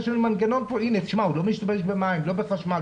מנגנון פה שהוא לא משתמש במים, לא בחשמל.